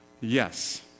yes